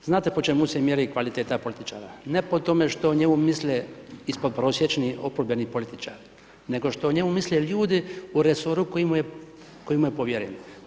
Znate po čemu se mjeri kvaliteta političara, ne po tome što njemu misle ispodprosječni oporbeni političari, nego što o njemu misle ljudi u resoru koji, koji imaju povjerenja.